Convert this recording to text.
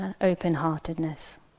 open-heartedness